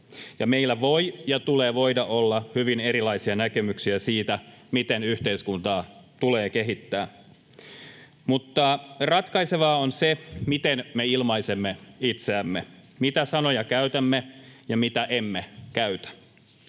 meillä voi ja tulee voida olla hyvin erilaisia näkemyksiä siitä, miten yhteiskuntaa tulee kehittää. Mutta ratkaisevaa on se, miten me ilmaisemme itseämme, mitä sanoja käytämme ja mitä emme käytä.